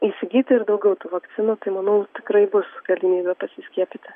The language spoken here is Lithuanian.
įsigyti ir daugiau tų vakcinų tai manau tikrai bus galimybė pasiskiepyti